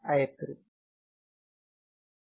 R13